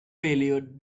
failure